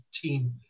team